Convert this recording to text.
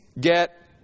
get